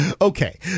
okay